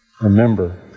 remember